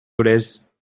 dolez